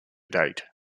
date